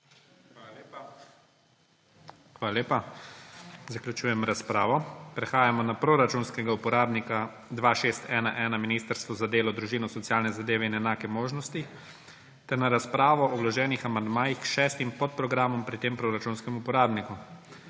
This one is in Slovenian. ZORČIČ: Hvala lepa. Zaključujem razpravo. Prehajamo na proračunskega uporabnika 2611 Ministrstvo za delo, družino, socialne zadeve in enake možnosti ter na razpravo o vloženih amandmajih k šestim podprogramom pri tem proračunskem uporabniku.